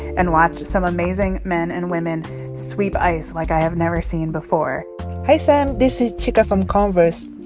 and watch some amazing men and women sweep ice like i have never seen before hi, sam. this is chica from converse.